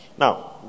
now